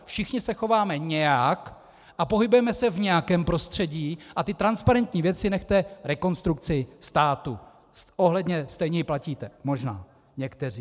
Všichni se chováme nějak a pohybujeme se v nějakém prostředí, a ty transparentní věci nechte Rekonstrukci státu, stejně ji platíte, možná, někteří.